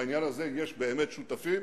בעניין הזה יש באמת שותפים.